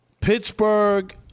Pittsburgh